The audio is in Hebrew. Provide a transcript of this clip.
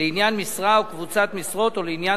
לעניין משרה או קבוצת משרות או לעניין